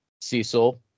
Cecil